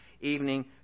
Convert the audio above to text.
evening